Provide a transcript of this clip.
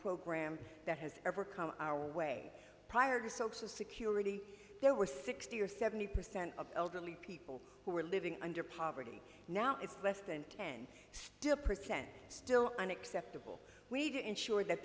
program that has ever come our way prior to social security there were sixty or seventy percent of elderly people who are living under poverty now it's less than ten still percent still an acceptable way to ensure that